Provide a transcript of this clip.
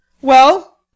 Well